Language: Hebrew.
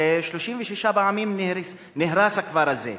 36 פעמים נהרס הכפר הזה,